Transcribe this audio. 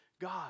God